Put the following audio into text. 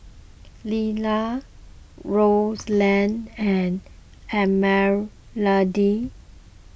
Lilla Rowland and Esmeralda